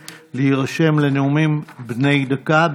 לנאומים בני דקה.